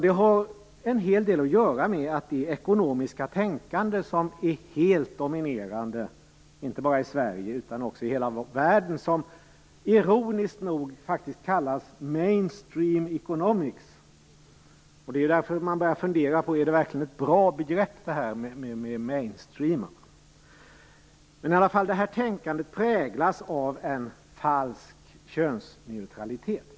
Det har en hel del att göra med att det ekonomiska tänkande som är helt dominerande, inte bara i Sverige utan också i hela världen. Ironiskt nog kallas det mainstream economics. Därför börjar man fundera på om mainstream verkligen är ett bra begrepp i jämställdhetsdiskussionerna. Detta tänkande präglas av en falsk könsneutralitet.